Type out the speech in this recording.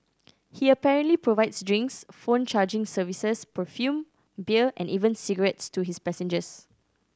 he apparently provides drinks phone charging services perfume beer and even cigarettes to his passengers